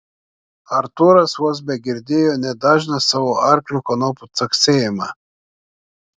artūras vos begirdėjo net dažną savo arklio kanopų caksėjimą